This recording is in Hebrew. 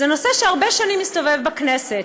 זה נושא שהרבה שנים מסתובב בכנסת.